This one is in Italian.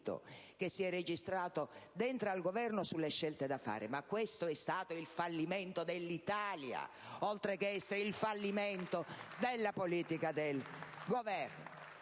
che si è registrato all'interno del Governo sulle scelte da fare, ma questo è stato il fallimento dell'Italia, oltre che della politica del Governo.